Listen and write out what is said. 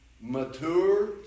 Mature